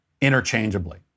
interchangeably